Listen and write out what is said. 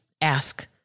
Ask